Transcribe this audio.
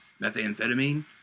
methamphetamine